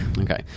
Okay